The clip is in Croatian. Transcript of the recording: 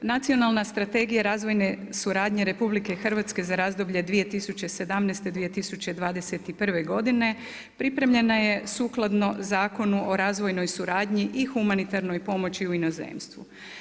Nacionalna strategija razvojne suradnje RH za razdoblje 2017./2021. godine pripremljena je sukladno Zakonu o razvojnoj suradnji i humanitarnoj pomoći u inozemstvu.